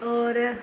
और